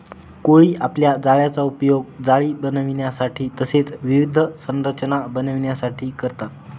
कोळी आपल्या जाळ्याचा उपयोग जाळी बनविण्यासाठी तसेच विविध संरचना बनविण्यासाठी करतात